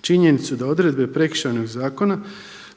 činjenicu da odredbe Prekršajnog zakona